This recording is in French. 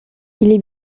est